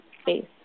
space